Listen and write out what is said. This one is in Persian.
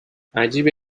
عجیبه